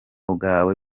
bwawe